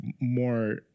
more